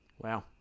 wow